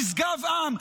במשגב עם,